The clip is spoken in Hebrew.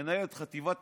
מנהל את חטיבת